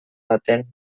baten